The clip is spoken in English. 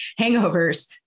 hangovers